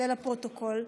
זה לפרוטוקול,